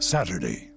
Saturday